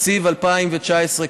תקציב 2019,